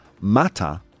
mata